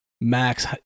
max